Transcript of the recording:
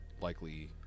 likely